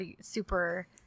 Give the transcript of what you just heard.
super